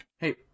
Hey